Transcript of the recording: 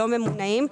לא ממונעים,